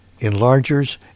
enlargers